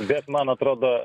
bet man atrodo